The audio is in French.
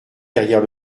derrière